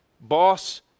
boss